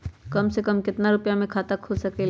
कम से कम केतना रुपया में खाता खुल सकेली?